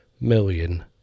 million